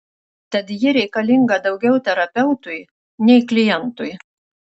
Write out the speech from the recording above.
tad ji reikalinga daugiau terapeutui nei klientui